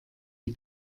die